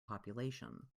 population